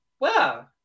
wow